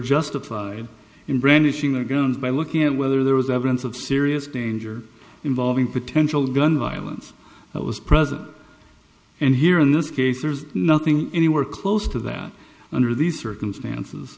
justified in brandishing their guns by looking at whether there was evidence of serious danger involving potential gun violence that was present and here in this case there's nothing anywhere close to that under these circumstances